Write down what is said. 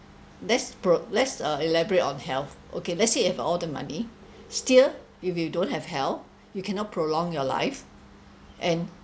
let's pro~ let's uh elaborate on health okay let's say if you have all the money still if you don't have health you cannot prolong your life and